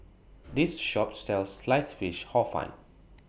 This Shop sells Sliced Fish Hor Fun